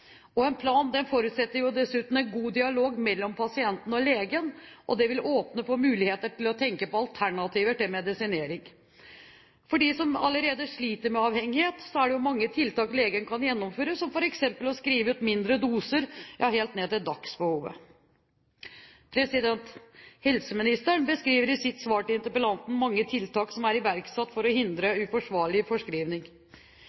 få en tett oppfølging av bruken og behovet. En plan forutsetter jo dessuten en god dialog mellom pasienten og legen, og det vil åpne muligheter for å tenke på alternativer til medisinering. For dem som allerede sliter med avhengighet, er det mange tiltak legen kan gjennomføre, som f.eks. å skrive ut mindre doser, ja, helt ned til dagsbehovet. Helseministeren beskriver i sitt svar til interpellanten mange tiltak som er iverksatt for å